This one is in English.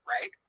Right